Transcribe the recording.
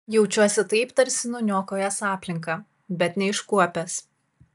jaučiuosi taip tarsi nuniokojęs aplinką bet neiškuopęs